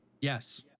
Yes